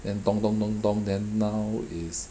then dong dong dong dong then now is